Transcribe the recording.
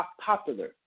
popular